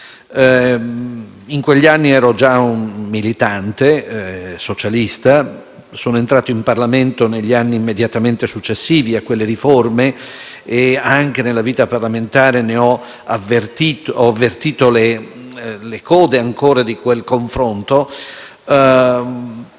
In quegli anni ero già un militante socialista; sono entrato in Parlamento negli anni immediatamente successivi a quelle riforme e anche nella vita parlamentare ho avvertito ancora le code di quel confronto.